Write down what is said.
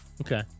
Okay